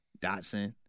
Dotson